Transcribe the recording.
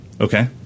Okay